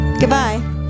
Goodbye